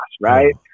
right